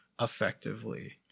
effectively